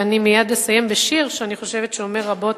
ואני מייד אסיים בשיר שאני חושבת שאומר רבות